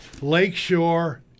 Lakeshore